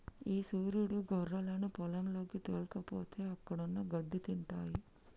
ఈ సురీడు గొర్రెలను పొలంలోకి తోల్కపోతే అక్కడున్న గడ్డి తింటాయి